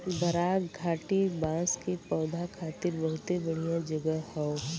बराक घाटी बांस के पौधा खातिर बहुते बढ़िया जगह हौ